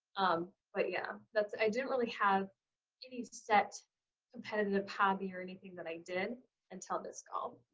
um but yeah. that's, i didn't really have any set competitive hobby or anything that i did until this called.